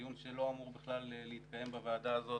דיון שלא אמור בכלל להתקיים בוועדה הזאת.